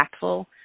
impactful